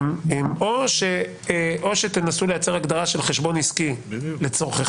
או שתנסו לייצר הגדרה של חשבון עסקי לצורככם,